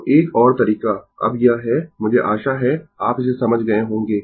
तो एक और तरीका अब यह है मुझे आशा है आप इसे समझ गए होंगें